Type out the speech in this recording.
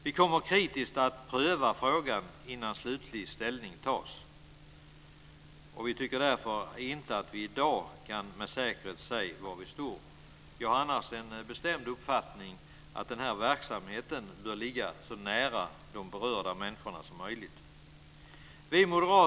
Vi kommer att kritiskt pröva frågan före slutligt ställningstagande och tycker därför inte att vi i dag med säkerhet kan säga var vi står. Jag har annars den bestämda uppfattningen att den här verksamheten bör ligga så nära berörda människor som möjligt.